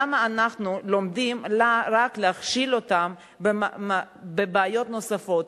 למה אנחנו לומדים רק להכשיל אותם בבעיות נוספות,